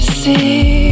see